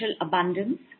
abundance